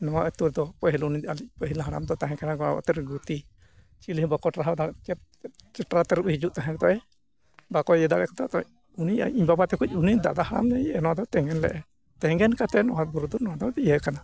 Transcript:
ᱱᱚᱣᱟ ᱟᱹᱛᱩ ᱨᱮᱫᱚ ᱯᱟᱹᱦᱤᱞ ᱩᱱᱤ ᱟᱞᱮᱭᱤᱡ ᱯᱟᱹᱦᱤᱞ ᱦᱟᱲᱟᱢ ᱫᱚᱭ ᱛᱟᱦᱮᱸ ᱠᱟᱱᱟ ᱱᱚᱛᱮ ᱨᱮ ᱜᱩᱛᱤ ᱪᱤᱞᱤ ᱦᱚᱸ ᱵᱟᱠᱚ ᱴᱟᱨᱦᱟᱣ ᱫᱟᱲᱮᱭᱟᱜᱛᱮ ᱪᱮᱫ ᱪᱮᱫ ᱪᱮᱴᱨᱟ ᱛᱟᱹᱨᱩᱵᱽ ᱮ ᱦᱤᱡᱩᱜ ᱛᱟᱦᱮᱸ ᱜᱚᱫᱚᱜ ᱟᱭ ᱵᱟᱠᱚ ᱤᱭᱟᱹ ᱫᱟᱲᱮ ᱠᱟᱫᱟ ᱩᱱᱤ ᱤᱧ ᱵᱟᱵᱟ ᱛᱟᱠᱚᱭᱤᱡ ᱩᱱᱤ ᱫᱟᱫᱟ ᱦᱟᱲᱟᱢ ᱱᱚᱣᱟ ᱫᱚᱭ ᱛᱮᱜᱮᱱ ᱞᱮᱜᱼᱟ ᱛᱮᱜᱮᱱ ᱠᱟᱛᱮᱫ ᱱᱚᱣᱟ ᱵᱩᱨᱩ ᱫᱚ ᱤᱭᱟᱹᱣ ᱠᱟᱱᱟ